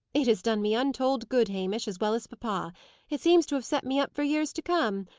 it has done me untold good, hamish, as well as papa it seems to have set me up for years to come.